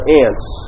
ants